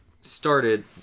started